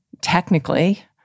technically